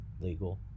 legal